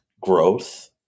growth